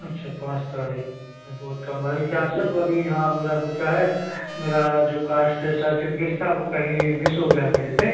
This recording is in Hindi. अच्छा पाँच तारीख अभी बहुत कम अभी क्या सर अभी हाँ मेरा वह क्या है मेरा जो काश्ट सर्टिफिकेट था वह कहीं मिस हो गया है मेरे से